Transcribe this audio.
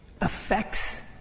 affects